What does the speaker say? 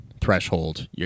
threshold